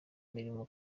murimo